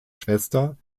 schwester